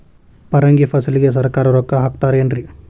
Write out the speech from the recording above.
ಪರಂಗಿ ಫಸಲಿಗೆ ಸರಕಾರ ರೊಕ್ಕ ಹಾಕತಾರ ಏನ್ರಿ?